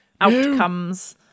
outcomes